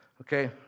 Okay